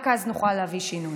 רק אז נוכל להביא שינוי.